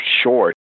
short